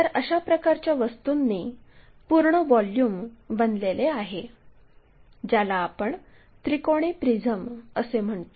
तर अशा प्रकारच्या वस्तूंनी पूर्ण व्हॉल्युम बनलेले आहे ज्याला आपण त्रिकोणी प्रिझम असे म्हणतो